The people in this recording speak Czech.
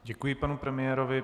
Děkuji panu premiérovi.